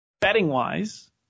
betting-wise